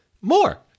more